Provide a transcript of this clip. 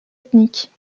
ethniques